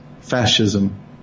Fascism